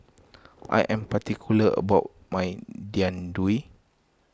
I am particular about my Jian Dui